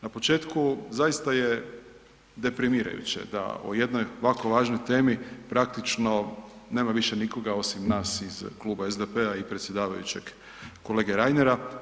Na početku, zaista je deprimirajuće da o jednoj ovako važnoj temi, praktično nema više nikoga osim nas iz kluba SDP-a i predsjedavajućeg, kolege Reinera.